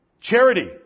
charity